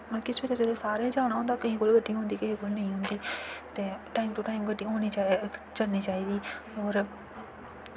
मतलब कि सवेरै सवेरै सारें गै जाना होंदा केइयें कोल गड्डियां होंदियां केईं कोल नेईं होंदियां ते टाइम टू टाइम गड्डी होनी चाहिदी चलनी चाहिदी होर